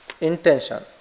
intention